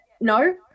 no